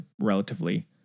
relatively